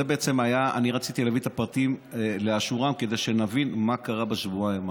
אני רציתי להביא את הפרטים לאשורם כדי שנבין מה קרה בשבועיים האחרונים.